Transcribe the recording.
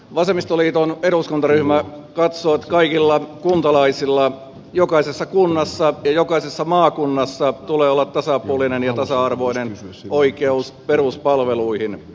vasemmistoliiton eduskuntaryhmä katsoo että kaikilla kuntalaisilla jokaisessa kunnassa ja jokaisessa maakunnassa tulee olla tasapuolinen ja tasa arvoinen oikeus peruspalveluihin